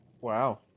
Wow